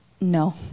No